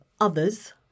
Others